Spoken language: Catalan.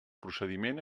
procediment